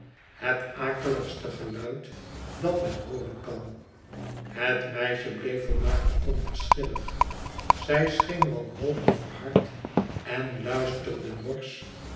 het akeligste geluid dat men hooren kan het meisje bleef volmaakt onverschillig zij scheen wanhopig verhard en luisterde norsch